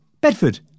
Bedford